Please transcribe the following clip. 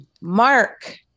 Mark